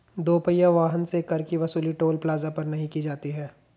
दो पहिया वाहन से कर की वसूली टोल प्लाजा पर नही की जाती है